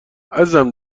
عزیزم